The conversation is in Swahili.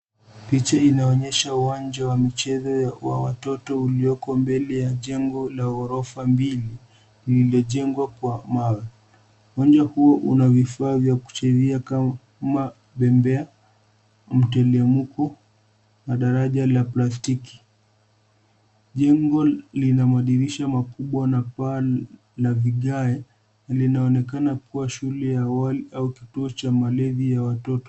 Picha inaonyesha uwanja wa michezo wa watoto ulioko mbele ya jengo la ghorofa mbili, limejengwa kwa mawa. Uwanja huu una vifaa vya kuchezea kama bembea, mteremko na daraja la plastiki. Jengo lina madirisha makubwa na paa na vigae. Linaonekana kuwa shule ya awali au kituo cha malezi ya watoto.